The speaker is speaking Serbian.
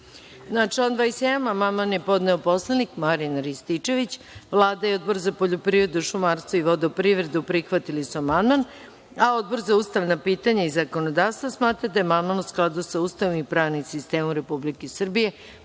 član 21. amandman je podneo poslanik Marijan Rističević. Vlada i Odbor za poljoprivredu, šumarstvo i vodoprivredu prihvatili su amandman, a Odbor za ustavna pitanja i zakonodavstvo smatra da je amandman u skladu sa Ustavom i pravnim sistemom Republike Srbije,